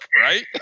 right